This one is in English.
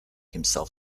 himself